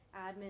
admin